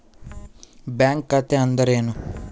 Bank ಖಾತೆ ಅಂದರೆ ಏನು?